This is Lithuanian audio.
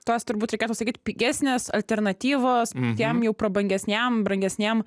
tos turbūt reikėtų sakyt pigesnės alternatyvos tiem jau prabangesniem brangesniem